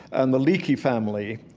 and the leakey family,